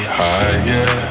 higher